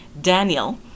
Daniel